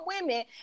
women